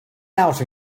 out